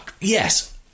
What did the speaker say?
yes